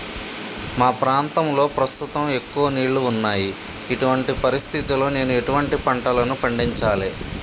మా ప్రాంతంలో ప్రస్తుతం ఎక్కువ నీళ్లు ఉన్నాయి, ఇటువంటి పరిస్థితిలో నేను ఎటువంటి పంటలను పండించాలే?